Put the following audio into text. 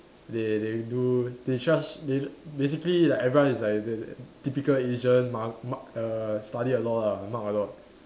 they they do they charge they basically like everyone is like the the typical Asians mu~ mug err study a lot ah mug a lot